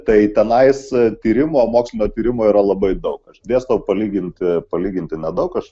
tai tenais tyrimo mokslinio tyrimų yra labai daug aš dėstau palyginti palyginti nedaug aš